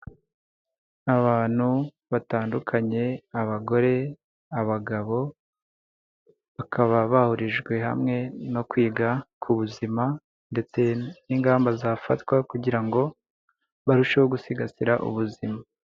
Abantu batandukanye abagore, abagabo, bakaba bahurijwe hamwe no kwiga ku buzima ndetse n'ingamba zafatwa kugira ngo barusheho gusigasira ubuzima.